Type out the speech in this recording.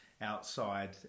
outside